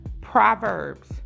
Proverbs